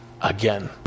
again